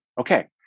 Okay